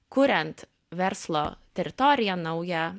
kuriant verslo teritoriją naują